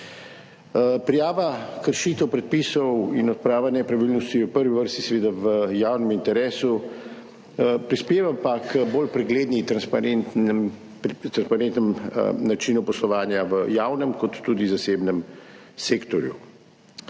Prijava kršitev predpisov in odprava nepravilnosti je v prvi vrsti v javnem interesu, prispeva pa k bolj preglednemu, transparentnemu načinu poslovanja v javnem ter tudi zasebnem sektorju.